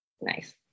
nice